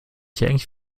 eigentlich